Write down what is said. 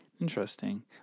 Interesting